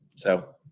so,